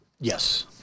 Yes